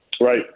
Right